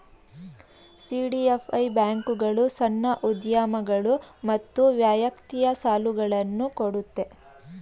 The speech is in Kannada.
ಸಿ.ಡಿ.ಎಫ್.ಐ ಬ್ಯಾಂಕ್ಗಳು ಸಣ್ಣ ಉದ್ಯಮಗಳು ಮತ್ತು ವೈಯಕ್ತಿಕ ಸಾಲುಗಳನ್ನು ಕೊಡುತ್ತೆ